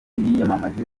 yiyamamaje